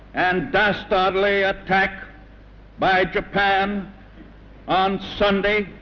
and dastardly attack by japan on sunday,